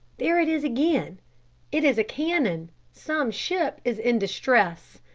there it is again it is a cannon! some ship is in distress!